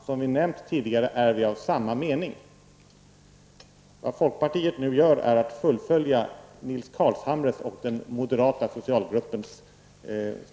Som vi nämnt tidigare är vi av samma mening.'' Vad folkpartiet nu gör är att fullfölja Nils